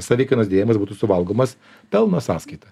savikainos didėjimas būtų suvalgomas pelno sąskaita